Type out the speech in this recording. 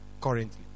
currently